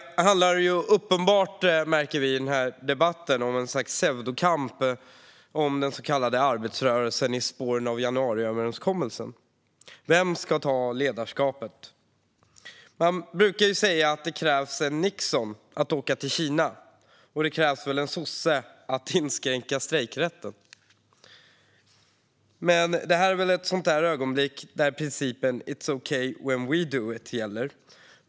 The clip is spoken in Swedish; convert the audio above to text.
Denna debatt är uppenbart ett slags pseudokamp om arbetarrörelsen i spåren av januariöverenskommelsen. Vem ska ta ledarskapet? Man brukar säga att det krävs en Nixon för att åka till Kina, och det krävs väl en sosse för att inskränka strejkrätten. Men det här är väl ett sådant ögonblick när principen "it's okay when we do it" gäller.